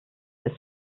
ist